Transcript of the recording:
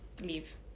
leave